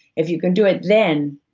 if you can do it then,